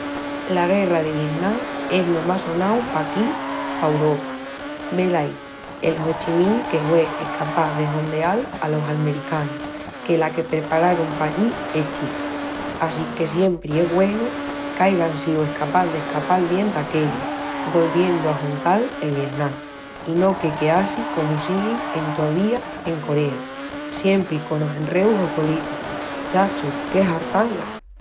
La Guerra de Vietnam es lo más sonau paquí pa Uropa. Velaí el Ho Chi Minh que hue escapás de hondeal alos almericanus, que la que prepararun pallí es chica. Assinque siempri es güenu qu'aigan síu escapás d'escapal bien d'aquellu, golviendu a ajuntal el Vietnam i no que queassi comu siguin entovía en Corea. Siempri conos enreus geopolíticus, chachu, qué hartanga!